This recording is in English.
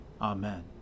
Amen